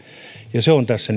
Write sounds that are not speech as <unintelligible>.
ja se on tässä <unintelligible>